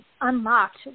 unlocked